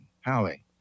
Howie